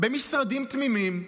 במשרדים תמימים,